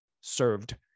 served